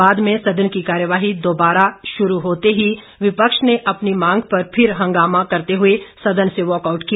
बाद में सदन की कार्यवाही दोबारा शुरू होते ही विपक्ष ने अपनी मांग पर फिर हंगामा करते हुए सदन से वॉकआउट किया